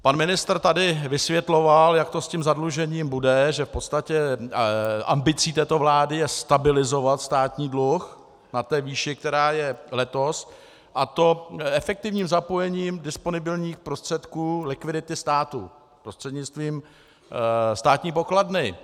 Pan ministr tady vysvětloval, jak to se zadlužením bude, že v podstatě ambicí této vlády je stabilizovat státní dluh na výši, která je letos, a to efektivním zapojením disponibilních prostředků likvidity státu prostřednictvím státní pokladny.